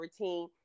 routine